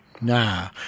Nah